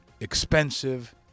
expensive